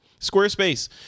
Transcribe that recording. Squarespace